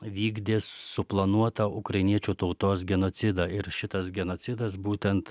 vykdė suplanuotą ukrainiečių tautos genocidą ir šitas genocidas būtent